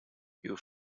you